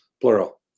plural